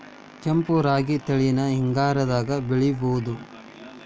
ಕೆಂಪ ರಾಗಿ ತಳಿನ ಹಿಂಗಾರದಾಗ ಬೆಳಿಬಹುದ?